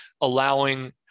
allowing